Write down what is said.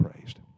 praised